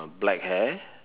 black hair